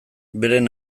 beren